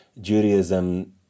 Judaism